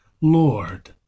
Lord